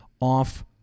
off